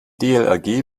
dlrg